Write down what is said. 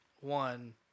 one